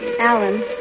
Alan